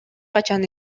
качан